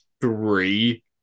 three